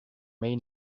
may